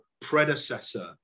predecessor